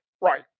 right